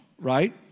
right